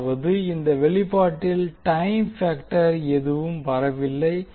அதாவது இந்த வெளிப்பாட்டில் டைம் பேக்டர் எதுவும் வரவில்லை